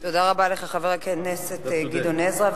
תודה רבה לך, חבר הכנסת גדעון עזרא.